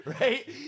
Right